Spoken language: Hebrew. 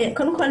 קודם כל,